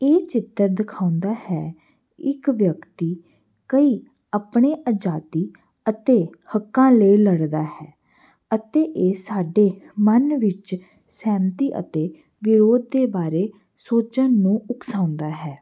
ਇਹ ਚਿੱਤਰ ਦਿਖਾਉਂਦਾ ਹੈ ਇੱਕ ਵਿਅਕਤੀ ਕਈ ਆਪਣੇ ਆਜ਼ਾਦੀ ਅਤੇ ਹੱਕਾਂ ਲਈ ਲੜਦਾ ਹੈ ਅਤੇ ਇਹ ਸਾਡੇ ਮਨ ਵਿੱਚ ਸਹਿਮਤੀ ਅਤੇ ਵਿਉਂਤ ਦੇ ਬਾਰੇ ਸੋਚਣ ਨੂੰ ਉਕਸਾਉਂਦਾ ਹੈ